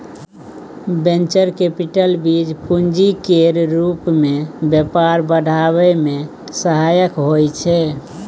venture capital बीज पूंजी केर रूप मे व्यापार बढ़ाबै मे सहायक होइ छै